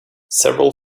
several